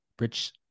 rich